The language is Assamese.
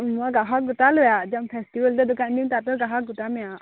মই গ্ৰাহক গোটালোয়েই আৰু একদম ফেষ্টিভেলতে দোকান দিম তাতো গ্ৰাহক গোটামেই আৰু